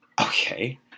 Okay